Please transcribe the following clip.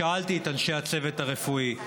שאלתי את אנשי הצוות הרפואי,